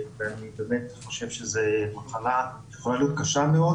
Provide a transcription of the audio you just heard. אני חושב שזו מחלה שיכולה להיות קשה מאוד